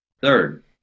third